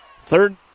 Third